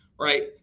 right